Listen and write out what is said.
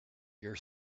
your